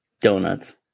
Donuts